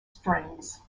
strings